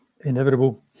inevitable